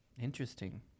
Interesting